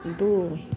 दू